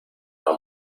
han